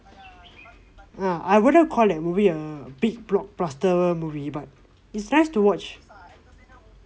uh I wouldn't call that movie a big blockbuster movie but it's nice to watch